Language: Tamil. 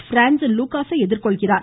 ்பிரான்சின் லூக்காஸை எதிர்கொள்கிறார்